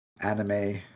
anime